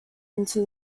until